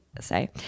say